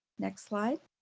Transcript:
next slide.